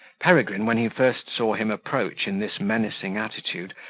peregrine, when he first saw him approach in this menacing attitude,